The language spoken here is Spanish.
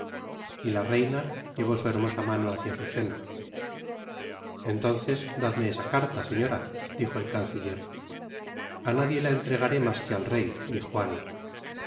y la reina llevó su hermosa mano hácia su seno entonces dadme esa carta señora dijo el canciller a nadie la entregaré mas que al rey dijo